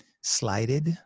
slighted